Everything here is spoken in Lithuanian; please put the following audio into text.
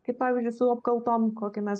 kaip pavyzdžiui su apkaltom kokį mes